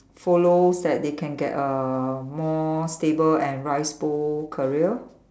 follows that they can get a more stable and rice bowl career